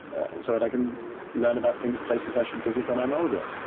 so that i can learn about things, places i should visit when i'm older.